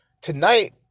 Tonight